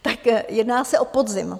Tak jedná se o podzim.